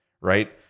Right